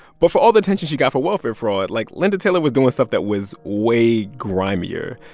but for all the attention she got for welfare fraud, like, linda taylor was doing stuff that was way grimier.